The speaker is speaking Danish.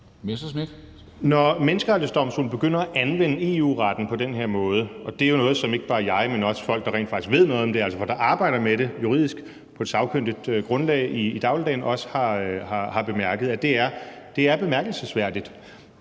Når Menneskerettighedsdomstolen begynder at anvende EU-retten på den her måde – og det er jo noget, som ikke bare jeg, men også folk, som rent faktisk ved noget om det her, og som arbejder med det på et juridisk og sagkyndigt grundlag i dagligdagen, også har bemærket er bemærkelsesværdigt,